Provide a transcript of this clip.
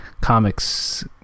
comics